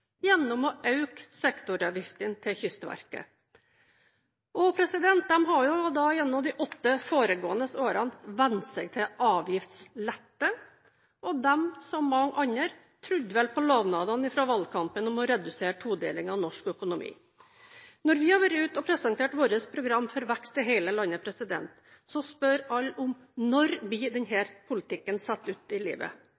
gjennom å øke sektoravgiftene til Kystverket. De har gjennom de åtte foregående årene vent seg til avgiftslette, og de som mange andre trodde vel på lovnader fra valgkampen om å redusere todelingen av norsk økonomi. Når vi har vært ute og presentert vårt program for vekst i hele landet, spør alle om når denne politikken blir